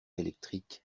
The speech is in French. électriques